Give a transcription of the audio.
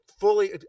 fully